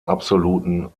absoluten